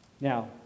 Now